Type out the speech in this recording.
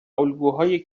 الگوهای